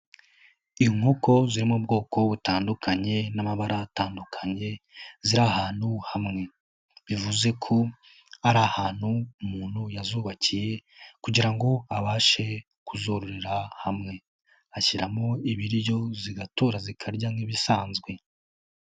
Inkoko ziri mu bwoko butandukanye n'amabara atandukanye, ziri ahantu hamwe, bivuze ko ari ahantu umuntu yazubakiye kugira ngo abashe kuzororera hamwe, ashyiramo ibiriryo zigatuza zikarya nk'ibisanzwe.